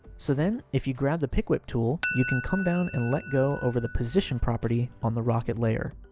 so then, if you grab the pick whip tool, you can come down and let go over the position property on the rocket layer.